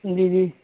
جی جی